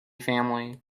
family